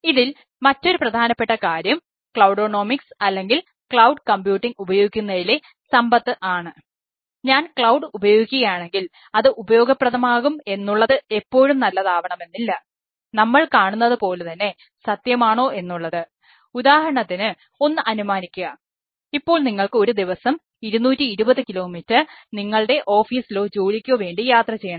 ഇതിൽ മറ്റൊരു പ്രധാനപ്പെട്ട കാര്യം ക്ലൌഡോനോമിക്സ് ഉപയോഗിക്കുകയാണെങ്കിൽ അതു ഉപയോഗപ്രദമാകും എന്നുള്ളത് എപ്പോഴും നല്ലത് ആവണമെന്നില്ല നമ്മൾ കാണുന്നത് പോലെ തന്നെ സത്യമാണോ എന്നുള്ളത് ഉദാഹരണത്തിന് ഒന്ന് അനുമാനിക്കുക ഇപ്പോൾ നിങ്ങൾക്ക് ഒരു ദിവസം 220 കിലോമീറ്റർ നിങ്ങളുടെ ഓഫീസിലൊ ജോലിക്കൊ വേണ്ടി യാത്ര ചെയ്യണം